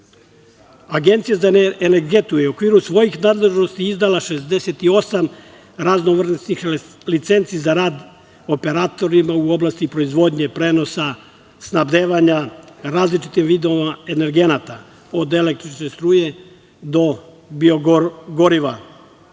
obaveze. Agencija za energetiku je u okviru svojih nadležnosti izdala 68 raznovrsnih licenci za rad operatorima u oblasti proizvodnje, prenosa, snabdevanja različitih vidova energenata, od električne struje do bio-goriva.